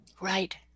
right